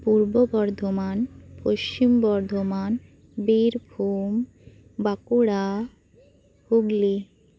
Purba Bardhaman Paschim Bardhaman Birbhum Bankura Hooghly